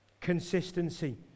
Consistency